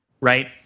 right